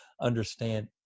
understand